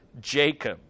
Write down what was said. Jacob